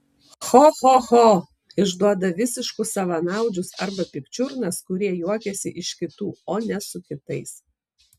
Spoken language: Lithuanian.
cho cho cho išduoda visiškus savanaudžius arba pikčiurnas kurie juokiasi iš kitų o ne su kitais